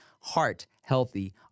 heart-healthy